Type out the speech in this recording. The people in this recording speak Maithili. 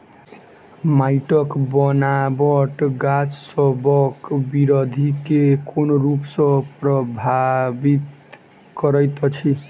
माइटक बनाबट गाछसबक बिरधि केँ कोन रूप सँ परभाबित करइत अछि?